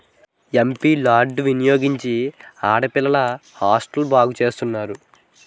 MP lad వినియోగించి ఆడపిల్లల హాస్టల్ను బాగు చేస్తున్నారు